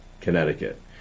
Connecticut